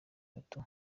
bato